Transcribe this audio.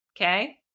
okay